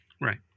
Right